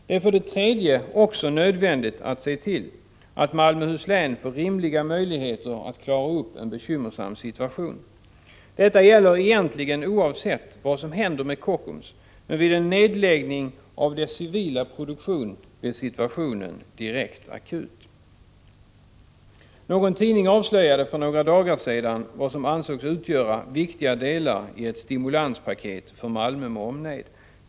Det är, för det tredje, också nödvändigt att se till att Malmöhus län får rimliga möjligheter att klara upp en bekymmersam situation. Detta gäller egentligen oavsett vad som händer med Kockums, men vid en nedläggning av dess civila produktion blir situationen direkt akut. Någon tidning avslöjade för några dagar sedan vad som ansågs utgöra viktiga delar i ett stimulanspaket för Malmö med omnejd.